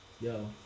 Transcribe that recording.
Yo